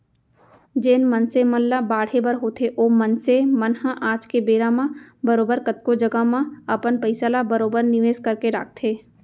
जेन मनसे मन ल बाढ़े बर होथे ओ मनसे मन ह आज के बेरा म बरोबर कतको जघा म अपन पइसा ल बरोबर निवेस करके राखथें